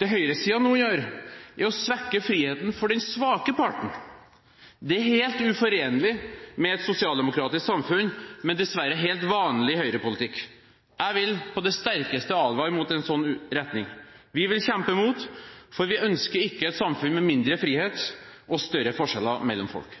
Det høyresiden nå gjør, er å svekke friheten for den svake parten. Det er helt uforenlig med et sosialdemokratisk samfunn, men dessverre helt vanlig høyrepolitikk. Jeg vil på det sterkeste advare mot en sånn retning. Vi vil kjempe mot, for vi ønsker ikke et samfunn med mindre frihet og større forskjeller mellom folk.